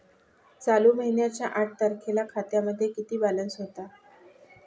चालू महिन्याच्या आठ तारखेला खात्यामध्ये किती बॅलन्स होता?